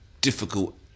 difficult